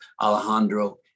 Alejandro